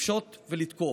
לפשוט ולתקוף".